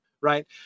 Right